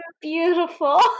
beautiful